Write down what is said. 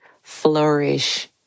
flourish